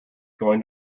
going